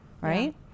right